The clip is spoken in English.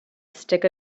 stick